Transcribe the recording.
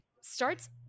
starts